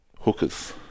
hookers